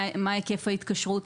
מה היקף ההתקשרות,